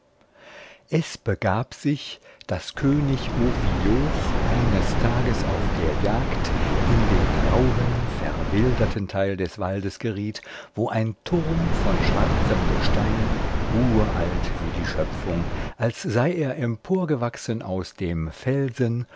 es begab sich daß könig ophioch eines tages auf der jagd in den rauhen verwilderten teil des waldes geriet wo ein turm von schwarzem gestein uralt wie die schöpfung als sei er emporgewachsen aus dem